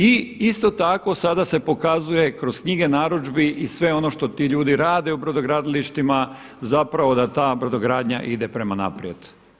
I isto tako sada se pokazuje kroz knjige narudžbi i sve ono što ti ljudi rade u brodogradilištima zapravo da ta brodogradnja ide prema naprijed.